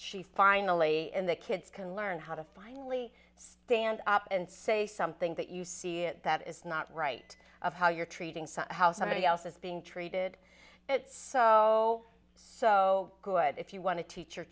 she finally and the kids can learn how to finally stand up and say something that you see it that is not right of how you're treating some how somebody else is being treated it's so so good if you want to teach your